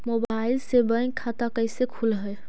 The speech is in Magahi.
मोबाईल से बैक खाता कैसे खुल है?